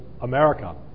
America